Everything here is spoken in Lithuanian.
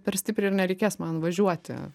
per stipriai ir nereikės man važiuoti